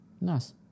Nice